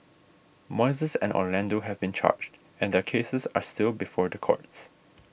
moises and Orlando have been charged and their cases are still before the courts